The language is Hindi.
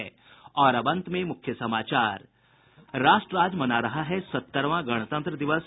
और अब अंत में मुख्य समाचार राष्ट्र आज मना रहा है सत्तरवां गणतंत्र दिवस